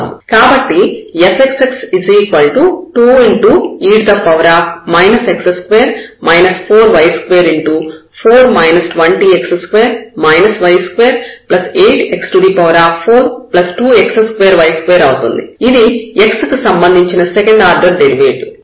కాబట్టి fxx 2e x2 4y24 20 x2 y28x42x2y2 అవుతుంది ఇది x కి సంబంధించిన సెకండ్ ఆర్డర్ డెరివేటివ్